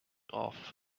off